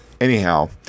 Anyhow